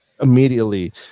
immediately